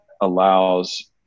allows